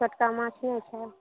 छोटका माछ नहि छै